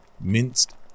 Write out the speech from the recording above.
minced